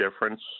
difference